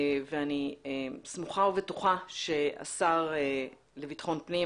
אני סמוכה ובטוחה שהשר לביטחון פנים,